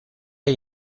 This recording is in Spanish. hay